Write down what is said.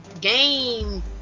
game